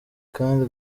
kandi